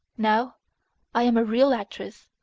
now i am a real actress.